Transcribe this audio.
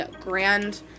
grand